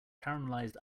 caramelized